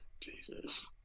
Jesus